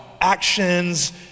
actions